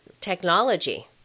technology